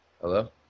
Hello